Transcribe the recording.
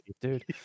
dude